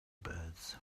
birds